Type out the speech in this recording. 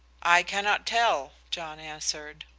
i cannot tell, john answered.